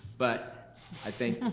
but i think